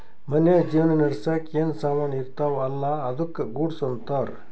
ಮನ್ಶ್ಯಾಗ್ ಜೀವನ ನಡ್ಸಾಕ್ ಏನ್ ಸಾಮಾನ್ ಇರ್ತಾವ ಅಲ್ಲಾ ಅದ್ದುಕ ಗೂಡ್ಸ್ ಅಂತಾರ್